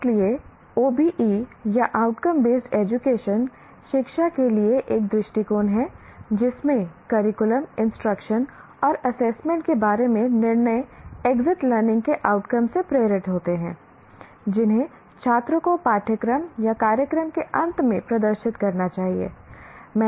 इसलिए OBE या outcome based education शिक्षा के लिए एक दृष्टिकोण है जिसमें करिकुलम इंस्ट्रक्शन और एसेसमेंट के बारे में निर्णय एग्जिट लर्निंग के आउटकम से प्रेरित होते हैं जिन्हें छात्रों को पाठ्यक्रम या कार्यक्रम के अंत में प्रदर्शित करना चाहिए